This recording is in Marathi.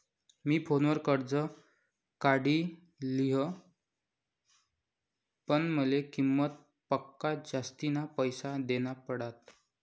मी फोनवर कर्ज काढी लिन्ह, पण माले किंमत पक्सा जास्तीना पैसा देना पडात